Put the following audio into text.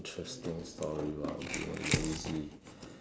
interesting story while you were lazy